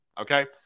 okay